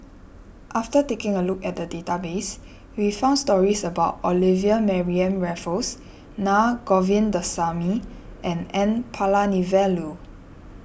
after taking a look at the database we found stories about Olivia Mariamne Raffles Naa Govindasamy and N Palanivelu